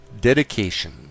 Dedication